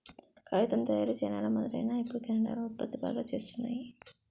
కాగితం తయారీ చైనాలో మొదలైనా ఇప్పుడు కెనడా లో ఉత్పత్తి బాగా చేస్తున్నారు